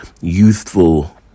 youthful